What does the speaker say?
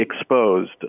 exposed